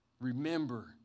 Remember